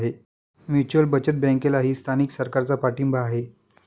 mutual बचत बँकेलाही स्थानिक सरकारचा पाठिंबा आहे